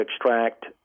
extract